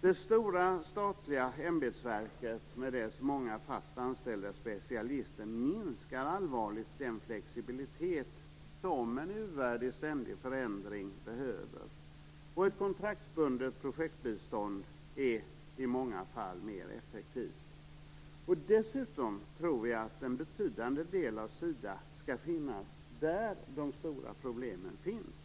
Det stora statliga ämbetsverket med sina många fast anställda specialister minskar allvarligt den flexibilitet som en u-värld i ständig förändring behöver. Ett kontraktsbundet projektbistånd är i många fall mer effektivt. Dessutom tror vi att en betydande del av Sida bör finnas där de stora problemen finns,